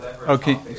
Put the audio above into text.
Okay